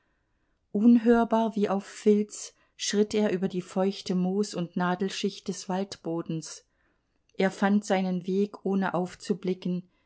unhörbar wie auf filz schritt er über die feuchte moos und nadelschicht des waldbodens er fand seinen weg ohne aufzublicken